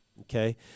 okay